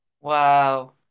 wow